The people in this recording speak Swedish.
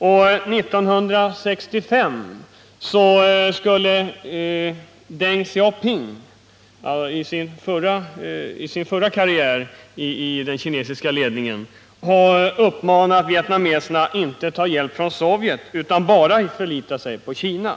År 1965 skulle Deng Xiaoping, i sin förra karriär i den kinesiska ledningen, ha uppmanat vietnameserna att inte ta hjälp från Sovjet utan bara förlita sig på Kina.